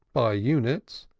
by units,